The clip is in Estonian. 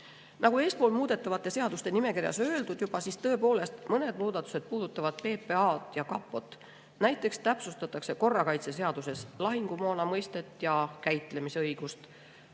Nagu muudetavate seaduste nimekirjas juba öeldud, tõepoolest, mõned muudatused puudutavad PPA-d ja kapot. Näiteks täpsustatakse korrakaitseseaduses lahingumoona mõistet ja selle käitlemise õigust.